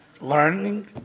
learning